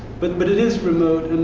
but but it is remote.